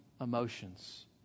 emotions